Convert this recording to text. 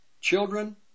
Children